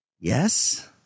yes